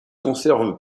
conserve